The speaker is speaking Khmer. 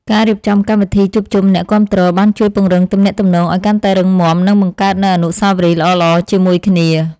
ការរៀបចំកម្មវិធីជួបជុំអ្នកគាំទ្របានជួយពង្រឹងទំនាក់ទំនងឱ្យកាន់តែរឹងមាំនិងបង្កើតនូវអនុស្សាវរីយ៍ល្អៗជាមួយគ្នា។